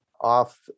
off